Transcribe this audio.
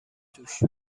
توش